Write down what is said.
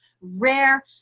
rare